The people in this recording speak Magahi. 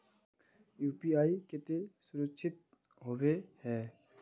यु.पी.आई केते सुरक्षित होबे है?